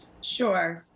sure